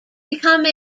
become